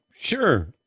sure